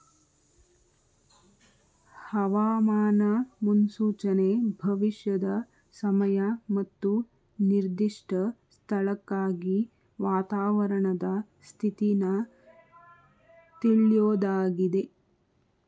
ಹವಾಮಾನ ಮುನ್ಸೂಚನೆ ಭವಿಷ್ಯದ ಸಮಯ ಮತ್ತು ನಿರ್ದಿಷ್ಟ ಸ್ಥಳಕ್ಕಾಗಿ ವಾತಾವರಣದ ಸ್ಥಿತಿನ ತಿಳ್ಯೋದಾಗಿದೆ